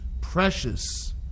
precious